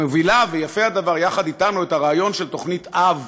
ויפה הדבר, יחד אתנו, את הרעיון של תוכנית-אב